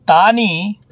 तानि